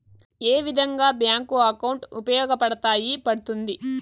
ఏ విధంగా bank account ఉపయోగపడతాయి పడ్తుంది